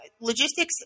logistics